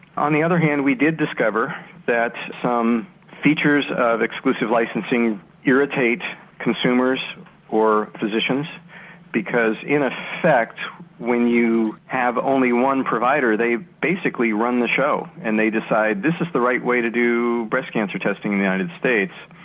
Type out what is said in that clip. on the other hand we did discover that some features of exclusive licensing irritate consumers or physicians because in effect when you have only one provider they basically run the show and they decide this is the right way to do breast cancer testing in the united states.